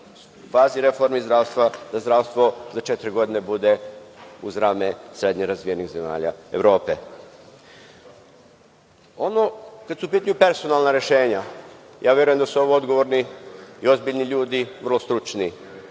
fazi reforme i zdravstva, da zdravstvo za četiri godine bude uz rame srednje razvijenih zemalja Evrope. Kada su u pitanju personalna rešenja, ja verujem da su ovo odgovorni i ozbiljni ljudi vrlo stručni.